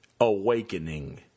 awakening